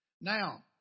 Now